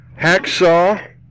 hacksaw